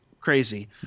crazy